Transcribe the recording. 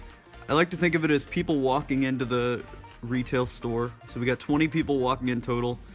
i like to think of it as people walking into the retail store. so we got twenty people walking in total,